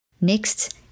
Next